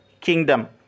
Kingdom